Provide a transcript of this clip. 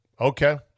Okay